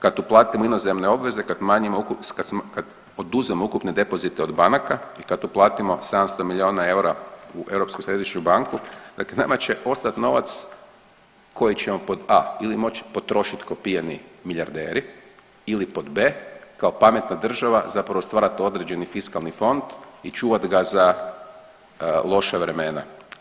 Kad uplatimo inozemne obveze, kad oduzmemo ukupne depozite od banaka i kad uplatimo 700 milijuna eura u Europsku središnju banku, dakle nama će ostat novac koji ćemo pod a) ili moći potrošit ko pijani milijarderi ili pod b) kao pametna država zapravo stvarat određeni fiskalni fond i čuvat ga za loša vremena.